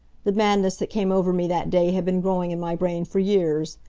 the madness that came over me that day had been growing in my brain for years.